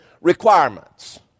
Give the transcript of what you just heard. requirements